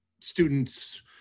students